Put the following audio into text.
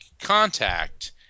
contact